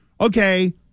okay